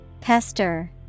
Pester